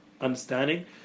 understanding